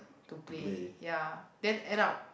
to play ya then end up